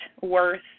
worth